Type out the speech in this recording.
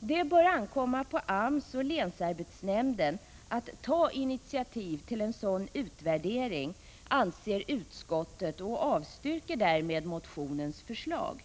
Det bör ankomma på AMS och länsarbetsnämnden att ta initiativ till en sådan utvärdering, anser utskottet, och det avstyrker därmed motionens förslag.